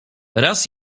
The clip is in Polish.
raz